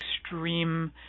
extreme